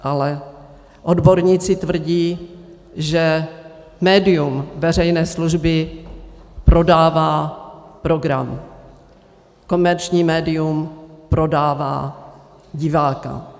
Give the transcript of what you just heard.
Ale odborníci tvrdí, že médium veřejné služby prodává program, komerční médium prodává diváka.